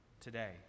today